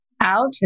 out